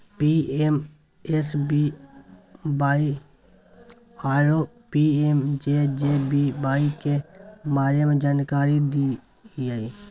PMSBY आरो PMJJBY के बारे मे जानकारी दिय?